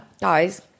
guys